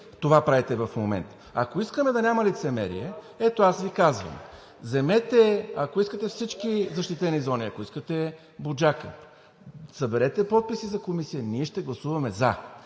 Това правите в момента. Ако искаме да няма лицемерие, ето, аз Ви казвам – вземете, ако искате всички защитени зони, ако искате Буджака, съберете подписи за комисия и ние ще гласуваме „за“.